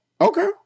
Okay